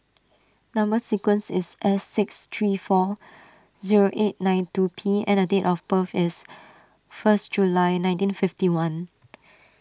Number Sequence is S six three four zero eight nine two P and date of birth is first July nineteen fifty one